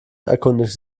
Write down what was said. erkundigte